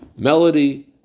Melody